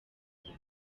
paola